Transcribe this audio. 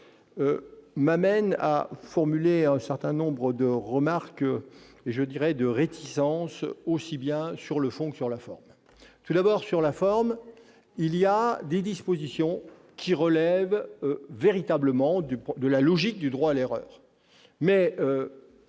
m'amène à formuler un certain nombre de remarques, je dirais même de réticences, aussi bien sur le fond que sur la forme. Tout d'abord, sur le fond, il y a des dispositions qui relèvent véritablement de la logique du droit à l'erreur, mais,